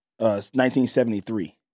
1973